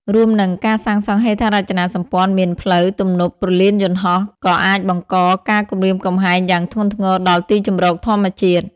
រួមនឹងការសាងសង់ហេដ្ឋារចនាសម្ព័ន្ធមាន ផ្លូវ ទំនប់ ព្រលានយន្តហោះ ក៏អាចបង្កការគំរាមកំហែងយ៉ាងធ្ងន់ធ្ងរដល់ទីជម្រកធម្មជាតិ។